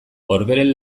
orberen